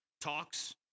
talks